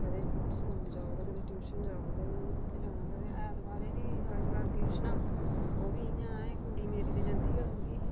कदें स्कूल जाओ ते कदें ट्यूशन जाओ ते उ'नें कुत्थें जाना कदें ऐतबारें बी अज्जकल ट्यूशनां ओह् बी इ'यां ऐ कुड़ी मेरी ते जंदी गै रौंह्दी